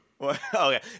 Okay